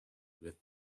with